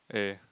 'eh